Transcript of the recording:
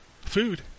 Food